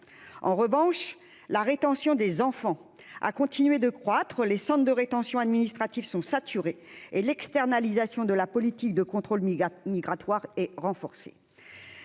en revanche, la rétention des enfants a continué de croître les centres de rétention administrative sont saturés et l'externalisation de la politique de contrôle migratoire et renforcé